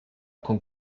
con